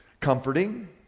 comforting